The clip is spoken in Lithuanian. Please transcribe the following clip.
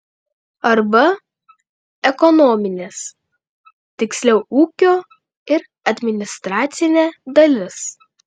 arba ekonominės tiksliau ūkio ir administracinė dalis